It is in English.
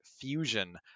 Fusion